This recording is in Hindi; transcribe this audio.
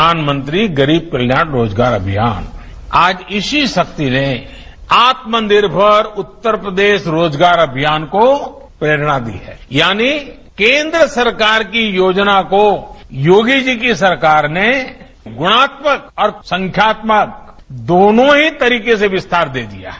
प्रधानमंत्री गरीब कल्याण रोजगार अभियान आज इसी शक्ति ने आत्मनिर्भर उत्तर प्रदेश रोजगार अभियान को प्रेरणा दी है यानी केन्द्र सरकार की योजना को योगी जी की सरकार ने गुणात्मय और संख्यात्मक दोनों ही तरीके से विस्तार दे दिया है